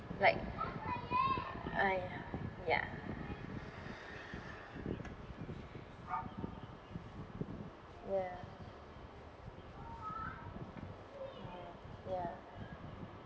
like uh ya ya ya ya